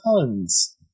tons